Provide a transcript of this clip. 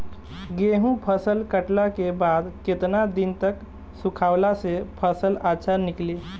गेंहू फसल कटला के बाद केतना दिन तक सुखावला से फसल अच्छा निकली?